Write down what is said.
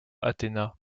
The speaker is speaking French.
athéna